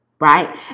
Right